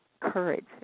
courage